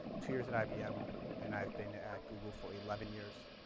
two years at ibm and i've been at google for eleven years.